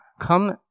come